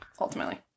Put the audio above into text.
Ultimately